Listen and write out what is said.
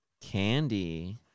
Candy